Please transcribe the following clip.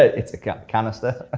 it's a canister.